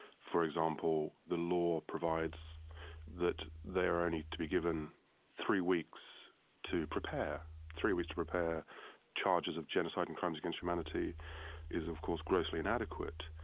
for example, the law provides that they are only to be given three weeks to prepare. three weeks to prepare charges of genocide and crimes against humanity is of course grossly inadequate.